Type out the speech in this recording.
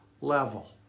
level